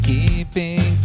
Keeping